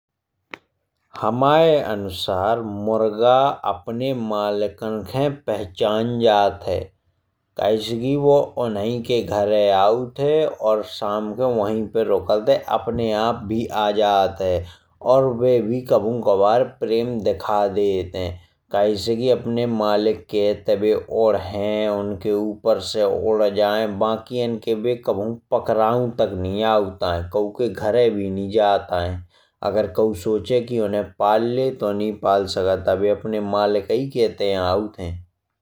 हमाय अनुसर मुर्गा अपने मालिकन खे पहचान जात है। कहे से कि बो उन्हई के घरे आवत है और शाम खें वही पे रुकत है। और अपने आप भी आ जात है। और बे भी कभौं कभार प्रेम दिखा देते है। कहे से कि अपने मालिक के इत्ते बे उदेही और उनके ऊपर से बे उड़ जाए। बाकी लोगन के बे पकड़ौ तक नइआइट आवत आये। कऊ के घरे भी नइआइट आवत आये। कऊ सोचे कि उन्हे पाल ले तो नइ पाल सकत आए बे अपने मालिकाई के इत्ते आवत है।